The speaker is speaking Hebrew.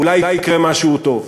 אולי יקרה משהו טוב.